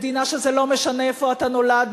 מדינה שזה לא משנה איפה אתה נולד,